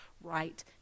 right